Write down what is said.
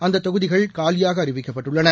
அந்த தொகுதிகள் காலியாக அறிவிக்கப்பட்டுள்ளன